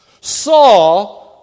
saw